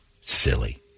Silly